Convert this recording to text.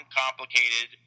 complicated